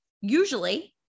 usually